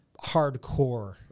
hardcore